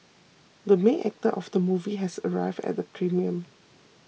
the main actor of the movie has arrived at the premiere